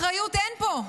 אחריות אין פה,